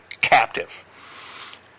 captive